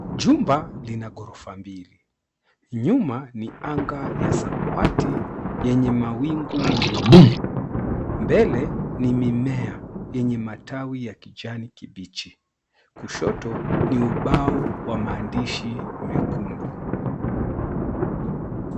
Jumba, lina ghorofa mbili. Nyuma, ni anga ya samawati, yenye mawingu meupe. Mbele, ni mimea, yenye matawi ya kijani kibichi. Kushoto, ni ubao wa maandishi mekundu.